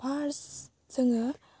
purse जोङो